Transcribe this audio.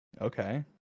okay